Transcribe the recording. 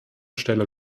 stelle